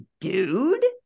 dude